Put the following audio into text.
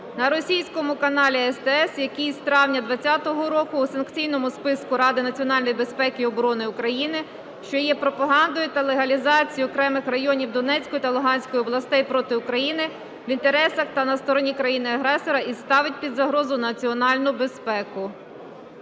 на російському каналі "СТС", який з травня 20-го року у санкційних списках Ради національної безпеки і оборони України, що є пропагандою та легалізацією окремих районів Донецької та Луганської областей проти України, в інтересах та на стороні країни-агресора, і ставить під загрозу національну безпеку.